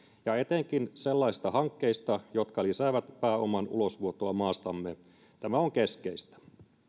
ja etenkin sellaisista hankkeista jotka lisäävät pääoman ulosvuotoa maastamme tämä on keskeistä